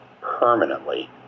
permanently